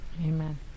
Amen